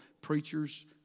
preachers